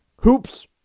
hoops